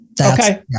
Okay